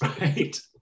right